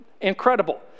incredible